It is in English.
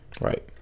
right